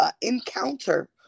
encounter